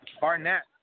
Barnett